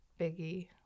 Biggie